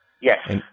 Yes